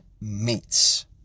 meats